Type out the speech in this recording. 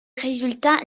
résultat